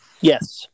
Yes